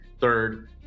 third